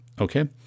Okay